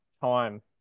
time